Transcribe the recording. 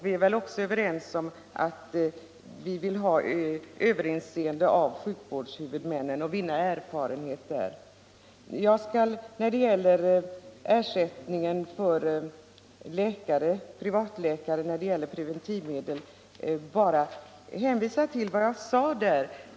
Vi är väl också överens om att vi vill att överinseendet skall ligga hos sjukvårdshuvudmännen för att på det sättet vinna erfarenheter. När det gäller ersättningen för preventivmedelsrådgivning meddelad av privatläkare vill jag bara hänvisa till vad jag redan sagt.